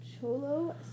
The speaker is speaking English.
Cholo